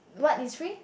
what is free